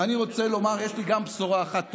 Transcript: אני רוצה לומר: יש לי גם בשורה אחת טובה.